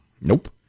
Nope